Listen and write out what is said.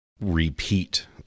repeat